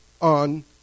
on